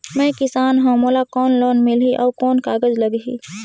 मैं किसान हव मोला कौन लोन मिलही? अउ कौन कागज लगही?